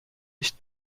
nicht